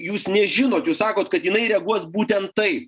jūs nežinot jūs sakot kad jinai reaguos būtent taip